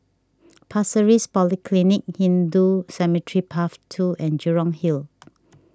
Pasir Ris Polyclinic Hindu Cemetery Path two and Jurong Hill